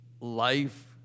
life